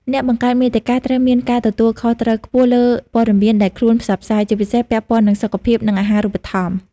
អ្នកបង្កើតមាតិកាត្រូវមានការទទួលខុសត្រូវខ្ពស់លើព័ត៌មានដែលខ្លួនផ្សព្វផ្សាយ ជាពិសេសពាក់ព័ន្ធនឹងសុខភាព និងអាហារូបត្ថម្ភ។